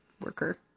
worker